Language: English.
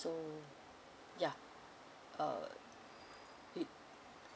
so ya uh it